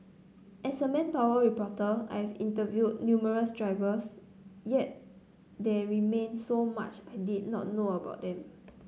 as a manpower reporter I have interviewed numerous drivers yet there remained so much I did not know about them